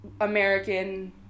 American